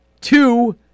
two